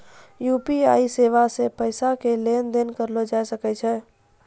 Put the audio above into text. UPI सेबा से पैसा के लेन देन करलो जाय सकै छै